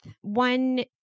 One